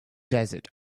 desert